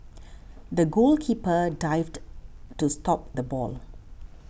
the goalkeeper dived to stop the ball